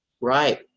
Right